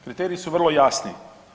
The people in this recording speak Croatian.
Kriteriji su vrlo jasni.